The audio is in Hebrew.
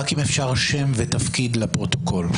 רק אם אפשר שם ותפקיד לפרוטוקול?